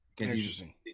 interesting